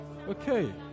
Okay